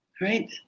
right